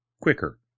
quicker